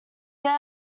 there